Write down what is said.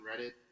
Reddit